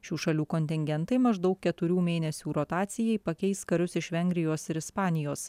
šių šalių kontingentai maždaug keturių mėnesių rotacijai pakeis karius iš vengrijos ir ispanijos